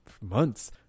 months